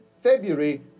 February